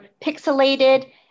pixelated